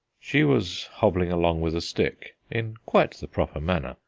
she was hobbling along with a stick, in quite the proper manner,